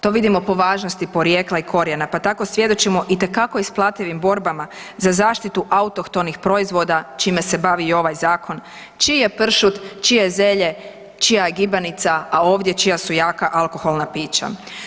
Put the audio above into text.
To vidimo po važnosti porijekla i korijena, pa tako svjedočimo itekako isplativim borbama za zaštitu autohtonih proizvoda čime se bavi i ovaj zakon čiji je pršut, čije je zelje, čija je gibanica, a ovdje čija su jaka alkoholna pića.